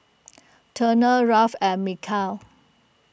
Turner Rolf and Mikeal